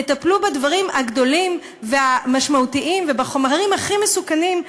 תטפלו בדברים הגדולים והמשמעותיים ובחומרים הכי מסוכנים.